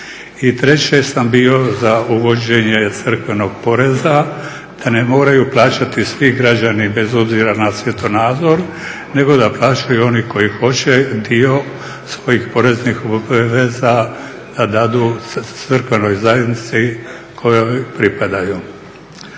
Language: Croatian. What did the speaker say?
treće sam bio za uvođenje crkvenog porezna da ne moraju plaćati svi građani bez obzira na svjetonazor nego da plaćaju oni koji hoće dio svojih poreznih obveza da dadu crkvenoj zajednici kojoj pripadaju.